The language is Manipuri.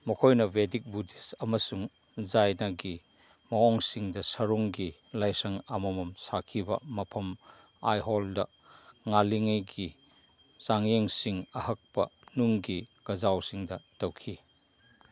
ꯃꯈꯣꯏꯅ ꯕꯦꯗꯤꯛ ꯕꯨꯗꯤꯁ ꯑꯃꯁꯨꯡ ꯖꯥꯏꯅꯒꯤ ꯃꯑꯣꯡꯁꯤꯡꯗ ꯁꯔꯨꯡꯒꯤ ꯂꯥꯏꯁꯪ ꯑꯃꯃꯝ ꯁꯥꯈꯤꯕ ꯃꯐꯝ ꯑꯥꯏꯍꯣꯜꯗ ꯉꯜꯂꯤꯉꯩꯒꯤ ꯆꯥꯡꯌꯦꯡꯁꯤꯡ ꯑꯍꯛꯄ ꯅꯨꯡꯒꯤ ꯀꯖꯥꯎꯁꯤꯡꯗ ꯇꯧꯈꯤ